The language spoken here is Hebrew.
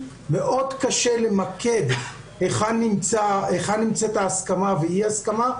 מאוד קשה למקד היכן נמצאת ההסכמה ואי-הסכמה,